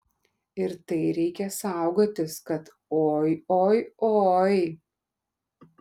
ir tai reikia saugotis kad oi oi oi